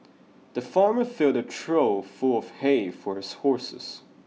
the farmer filled a trough full of hay for his horses